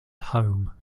home